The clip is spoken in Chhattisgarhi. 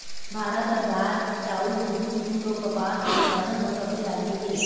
भारत ह दार, चाउर, दूद, जूट अऊ कपास के उत्पादन म सबले आगे हे